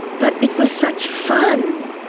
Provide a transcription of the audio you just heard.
but it was such fun!